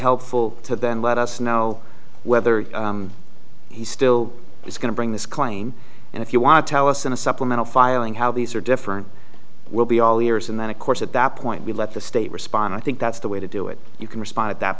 helpful to then let us know whether he still is going to bring this claim and if you want to tell us in a supplemental filing how these are different we'll be all ears and then of course at that point we'll let the state respond i think that's the way to do it you can respond at that